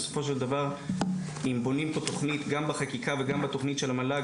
בסופו של דבר אם בונים תכנית גם בחקיקה וגם בתכנית של המל"ג